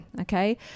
Okay